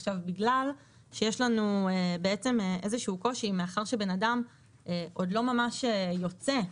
בגלל שיש לנו איזשהו קושי מאחר שבן אדם עוד לא ממש יוצא.